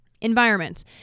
environment